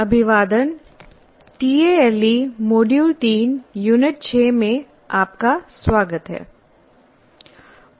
अभिवादन TALE module 3 unit 6 में आपका स्वागत है